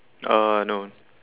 uh no